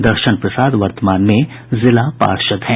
दर्शन प्रसाद वर्तमान में जिला पार्षद हैं